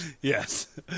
yes